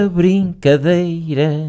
brincadeira